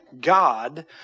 God